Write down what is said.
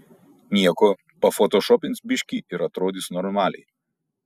nieko pafotošopins biškį ir atrodys normaliai